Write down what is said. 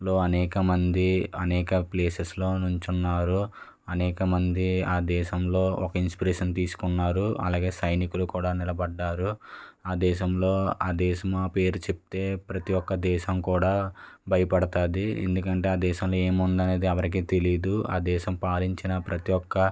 లో అనేకమంది అనేక ప్లేసెస్లో నించున్నారు అనేకమంది ఆ దేశంలో ఒక ఇన్స్పిరేషన్ తీసుకున్నారు అలాగే సైనికులు కూడా నిలబడ్డారు ఆ దేశంలో ఆ దేశం ఆ పేరు చెబితే ప్రతీ ఒక్క దేశం కూడా భయపడుతుంది ఎందుకంటే ఆ దేశాన్ని ఏమి ఉందనేది ఎవరికీ తెలియదు ఆ దేశం పాలించిన ప్రతీ ఒక్క